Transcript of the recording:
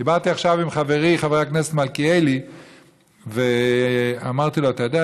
דיברתי עכשיו עם חברי חבר הכנסת מלכיאלי ואמרתי לו: אתה יודע,